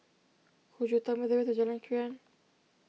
could you tell me the way to Jalan Krian